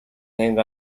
named